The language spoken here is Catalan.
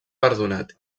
perdonat